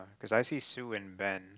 cause I see Sue and Ben